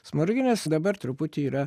smoriginas dabar truputį yra